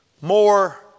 more